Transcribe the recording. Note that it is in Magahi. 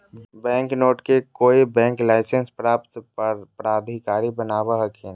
बैंक नोट के कोय बैंक लाइसेंस प्राप्त प्राधिकारी बनावो हखिन